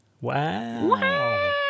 Wow